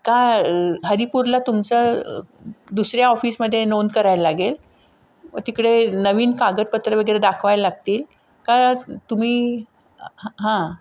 का हरिपूरला तुमचं दुसऱ्या ऑफिसमध्ये नोंद करायला लागेल तिकडे नवीन कागदपत्रं वगैरे दाखवायला लागतील का तुम्ही हां